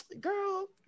girl